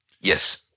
Yes